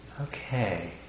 Okay